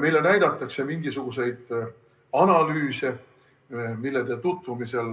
Meile näidatakse mingisuguseid analüüse, millega tutvumisel